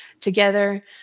together